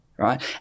Right